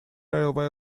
railway